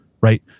Right